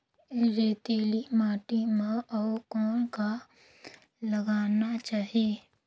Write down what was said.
रेतीली माटी म अउ कौन का लगाना चाही?